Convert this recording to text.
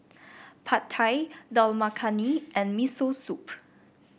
Pad Thai Dal Makhani and Miso Soup